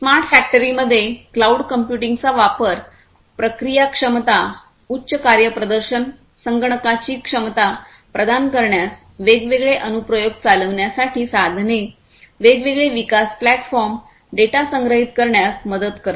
smart फॅक्टरीमध्ये cloud कम्प्युटिंगचा वापर प्रक्रिया क्षमता उच्च कार्यप्रदर्शन संगणनाची क्षमता प्रदान करण्यास वेगवेगळे अनुप्रयोग चालविण्यासाठी साधने वेगवेगळे विकास प्लॅटफॉर्म डेटा संग्रहित करण्यास मदत करते